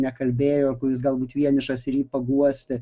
nekalbėjo kuris galbūt vienišas ir jį paguosti